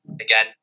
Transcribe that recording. again